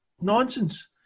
nonsense